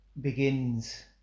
begins